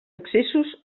accessos